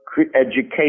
education